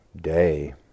day